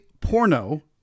porno